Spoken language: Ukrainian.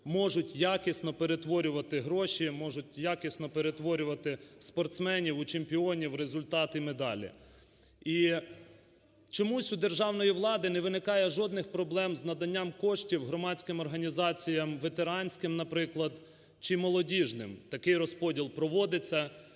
того чи іншого виду спорту можуть якісно перетворювати спортсменів у чемпіонів, результат і медалі. І чомусь у державної влади не виникає жодних проблем з наданням коштів громадським організаціям, ветеранським, наприклад, чи молодіжним. Такий розподіл проводиться,